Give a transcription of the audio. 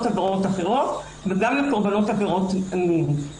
עבירות אחרות וגם לקורבנות עבירות המין.